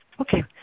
okay